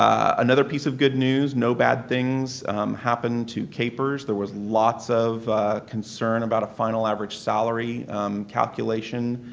um another piece of good news no bad things happened to kpers. there was lots of concern about a final average salary calculation,